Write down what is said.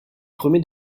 premiers